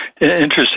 Interesting